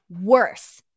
worse